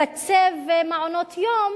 מתקצב מעונות-יום